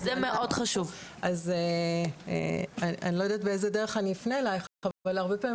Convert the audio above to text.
אני לא יודעת באיזו דרך אפנה אליך, אבל הרבה פעמים